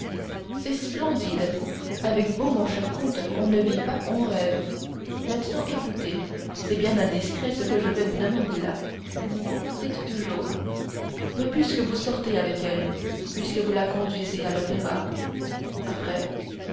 c'est splendide avec vous mon cher comte on ne vit pas on rêve maintenant écoutez c'est bien indiscret ce que je vais vous demander là dites toujours mais puisque vous sortez avec elle puisque vous la conduisez à l'opéra après